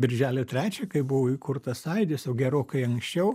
birželio trečią kai buvo įkurtas sąjūdis o gerokai anksčiau